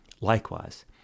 Likewise